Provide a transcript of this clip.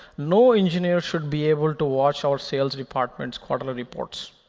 no engineer should be able to watch our sales department's quarterly reports.